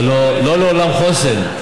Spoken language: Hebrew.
הרי לא לעולם חוסן.